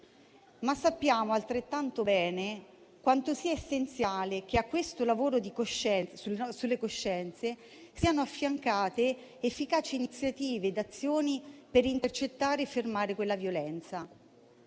Sappiamo però altrettanto bene quanto sia essenziale che a questo lavoro sulle coscienze siano affiancate efficaci iniziative e azioni per intercettare e fermare quella violenza.